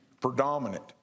predominant